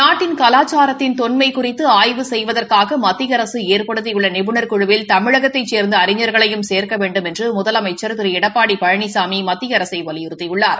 நாட்டின் கலாச்சாரத்தின் தொன்மை குறித்து ஆய்வு செய்வதற்காக மத்திய அரசு ஏற்படுத்தி உள்ள நிபுணர் குழுவில் தமிழகத்தைச் சேர்ந்த அறிஞர்களையும் சேர்க்க வேண்டுமென்று முதலமைச்சா் திரு எடப்பாடி பழனிசாமி மத்திய அரசை வலியுறுத்தியுள்ளார்